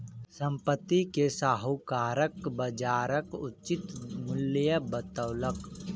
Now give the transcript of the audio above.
संपत्ति के साहूकार बजारक उचित मूल्य बतौलक